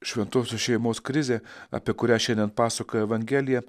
šventosios šeimos krizė apie kurią šiandien pasakoja evangelija